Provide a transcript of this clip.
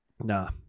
Nah